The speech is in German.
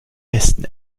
besten